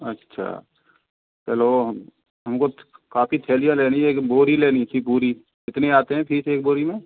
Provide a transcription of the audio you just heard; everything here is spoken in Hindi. अच्छा चलो हमको काफ़ी थैलियाँ लेनी है एक बोरी लेनी थी बोरी पूरी कितने आते हैं पीस एक बोरी में